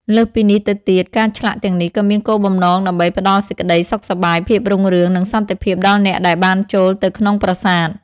លើសពីនេះទៅទៀត ការឆ្លាក់ទាំងនេះក៏មានគោលបំណងដើម្បីផ្តល់សេចក្តីសុខសប្បាយ ភាពរុងរឿង និងសន្តិភាពដល់អ្នកដែលបានចូលទៅក្នុងប្រាសាទ។